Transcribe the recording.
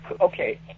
okay